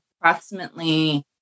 approximately